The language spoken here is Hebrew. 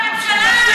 תפרוש מהקואליציה,